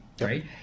Right